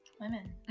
Women